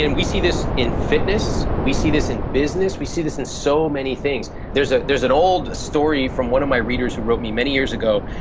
and we see this in fitness, we see this in business, we see this in so many things. there's ah there's an old story from one of my readers who wrote me many years ago.